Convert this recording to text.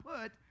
put